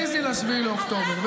תזיזי ל-7 באוקטובר.